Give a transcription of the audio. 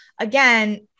again